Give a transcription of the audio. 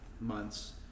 months